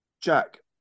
Jack